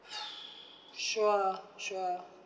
sure sure